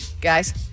guys